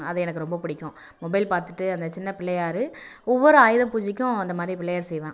அது எனக்கு ரொம்ப பிடிக்கும் மொபைல் பார்த்துட்டு அந்த சின்ன பிள்ளையார் ஒவ்வொரு ஆயுத பூஜைக்கும் அந்தமாதிரி பிள்ளையார் செய்வேன்